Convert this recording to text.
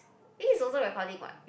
this is also recording what